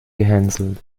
gehänselt